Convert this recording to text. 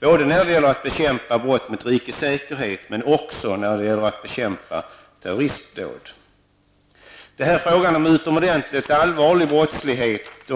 både när det gäller att bekämpa brott mot rikets säkerhet men också när det gäller att bekämpa terroristdåd. Det är alltså fråga om utomordentligt allvarlig brottslighet.